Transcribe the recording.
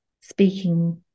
speaking